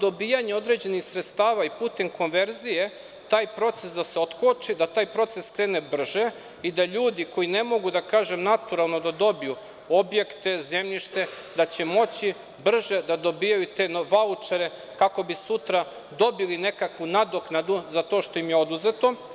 dobijanja određenih sredstava i putem konverzije taj proces da se otkoči, da taj proces krene brže i da ljudi koji ne mogu, da tako kažem, naturalno da dobiju objekte, zemljište, da će moći brže da dobijaju te vaučere, kako bi sutra dobili nekakvu nadoknadu za to što im je oduzeto.